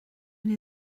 mynd